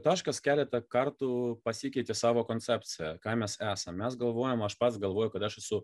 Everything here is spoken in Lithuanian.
taškas keletą kartų pasikeitė savo koncepcija ką mes esam mes galvojam aš pats galvoju kad aš esu